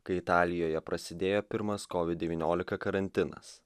kai italijoje prasidėjo pirmas kovid devyniolika karantinas